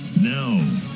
now